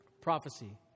prophecy